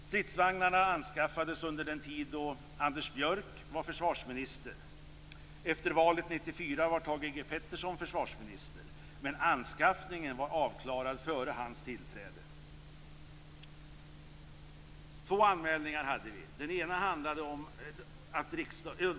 Stridsvagnarna anskaffades under den tid då var Thage G Peterson försvarsminister, men anskaffningen var avklarad före hans tillträde. Två anmälningar hade vi.